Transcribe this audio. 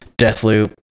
Deathloop